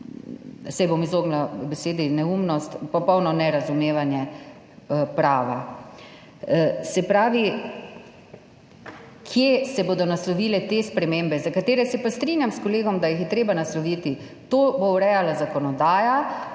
se bom izognila besedi neumnost – popolno nerazumevanje prava. Kje se bodo naslovile te spremembe, za katere se pa strinjam s kolegom, da jih je treba nasloviti? To bo urejala zakonodaja.